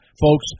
Folks